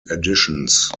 editions